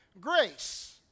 Grace